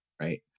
right